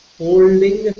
holding